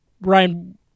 Ryan